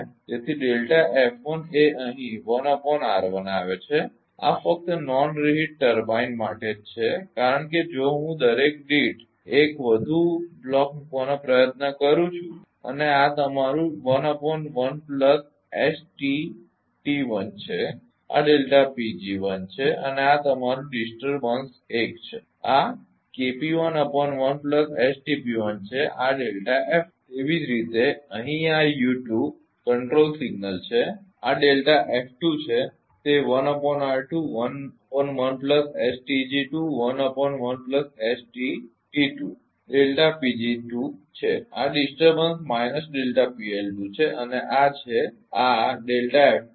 તેથી એ અહીં આવે છે આ ફક્ત નોન રિહિટ ટર્બાઇન માટે જ છે કારણ કે જો હું અહીં દરેક દીઠ 1 વધુ બ્લોક મૂકવાનો પ્રયત્ન કરું છું અને આ તમારું છે આ છે અને આ તમારું ડિસ્ટર્બન્સ 1 છે આ છે આ છે તેવી જ રીતે અહીં આ u2 નિયંત્રણ સિગ્નલકંટ્રોલ સિગ્નલ છે આ છે તે છે આ ડિસ્ટર્બન્સ માઇનસ છે અને આ છે આ છે